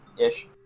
ish